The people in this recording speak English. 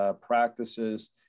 practices